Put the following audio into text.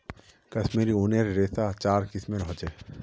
कश्मीरी ऊनेर रेशा चार किस्मेर ह छे